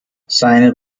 seine